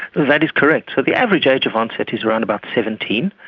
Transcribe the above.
that is correct, so the average age of onset is around about seventeen,